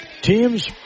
teams